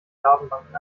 datenbanken